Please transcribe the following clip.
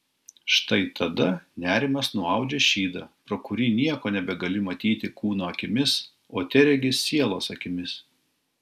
štai tada nerimas nuaudžia šydą pro kurį nieko nebegali matyti kūno akimis o teregi sielos akimis